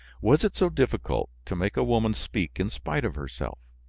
was it so difficult to make a woman speak in spite of herself?